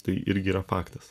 tai irgi yra faktas